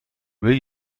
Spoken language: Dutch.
wil